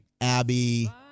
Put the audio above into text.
Abby